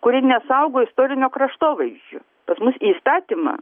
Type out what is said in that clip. kuri nesaugo istorinio kraštovaizdžio pas mus į įstatymą